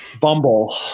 Bumble